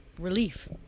Relief